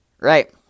right